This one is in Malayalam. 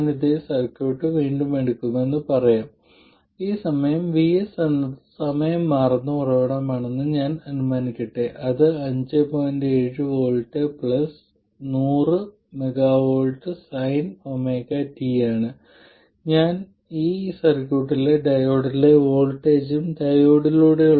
ഇപ്പോൾ ഒരു കാര്യം കൂടി ഞങ്ങൾക്കറിയാം ഞാൻ വീണ്ടും ഡയോഡിന്റെ ഒരു ഉദാഹരണം എടുക്കട്ടെ അല്ലെങ്കിൽ നിങ്ങൾക്ക് മറ്റേതെങ്കിലും ഒരു പോർട്ട് എലമെന്റോ രണ്ട് ടെർമിനൽ എലമെന്റോ പരിഗണിക്കാം ഞങ്ങൾക്ക് കറന്റ് വോൾട്ടേജിന്റെ പ്ലോട്ട് ഉണ്ട്